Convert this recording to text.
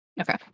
Okay